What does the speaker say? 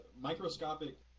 microscopic